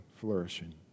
flourishing